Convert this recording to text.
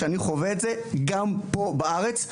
שאני חווה את זה גם פה בארץ.